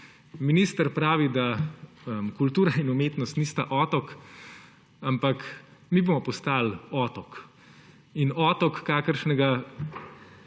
Minister pravi, da kultura in umetnost nista otok, ampak mi bomo postali otok in otrok, kakršnega